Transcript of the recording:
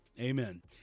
Amen